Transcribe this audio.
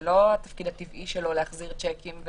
זה לא התפקיד הטבעי שלו להחזיר שיקים,